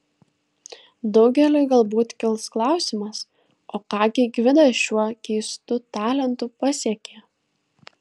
daugeliui galbūt kils klausimas o ką gi gvidas šiuo keistu talentu pasiekė